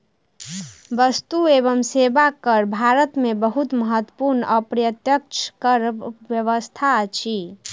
वस्तु एवं सेवा कर भारत में बहुत महत्वपूर्ण अप्रत्यक्ष कर व्यवस्था अछि